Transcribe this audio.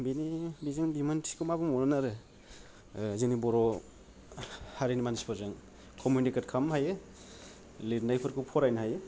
बेनिनो बेजों बिमोनथिखौ मा बुंबावनो आरो जोंनि बर' हारिनि मानसिफोरजों कमुनिकेट खालामनो हायो लिरनायफोरखौ फरायनाय हायो